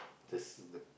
the s~ the